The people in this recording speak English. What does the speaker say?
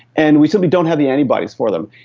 and we simply don't have the antibodies for them.